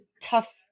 tough